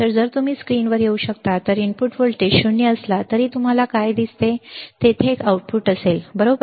तर जर तुम्ही स्क्रीनवर येऊ शकता तर इनपुट व्होल्टेज 0 असला तरी तुम्हाला काय दिसते आहे तेथे एक आउटपुट असेल बरोबर